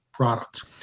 Product